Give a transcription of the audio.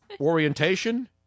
orientation